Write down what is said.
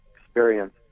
experience